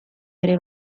ere